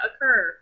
occur